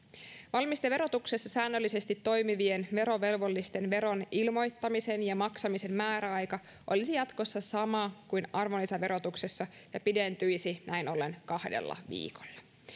valmisteverotuksessa säännöllisesti toimivien verovelvollisten veron ilmoittamisen ja maksamisen määräaika olisi jatkossa sama kuin arvonlisäverotuksessa ja pidentyisi näin ollen kahdella viikolla